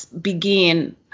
begin